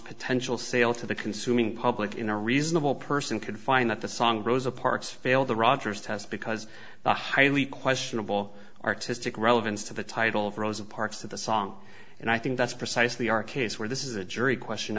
potential sale to the consuming public in a reasonable person could find that the song rosa parks failed the rogers test because the highly questionable artistic relevance to the title of rosa parks to the song and i think that's precisely our case where this is a jury question